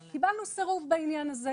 אני מבחינתי זאת עדיפות ראשונה,